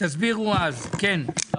תסבירו אז, כן.